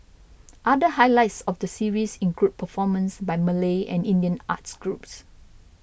other highlights of the series include performances by Malay and Indian arts groups